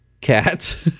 cat